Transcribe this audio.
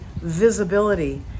visibility